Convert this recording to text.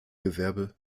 gewerbe